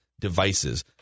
devices